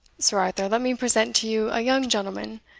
sir arthur, let me present to you a young gentleman,